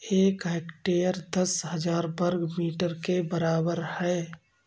एक हेक्टेयर दस हजार वर्ग मीटर के बराबर है